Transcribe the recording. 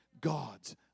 God's